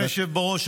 אדוני היושב בראש,